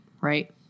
right